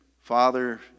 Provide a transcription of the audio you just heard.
Father